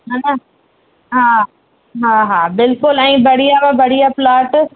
हा न हा हा हा बिल्कुलु ऐं बढ़िया में बढ़िया प्लाट